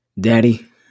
Daddy